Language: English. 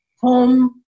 home